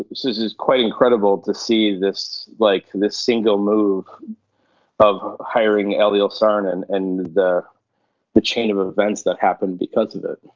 this this is quite incredible to see this like this single move of hiring eliel saarinen and the the chain of of events that happened because of it.